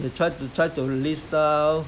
they try to try to list down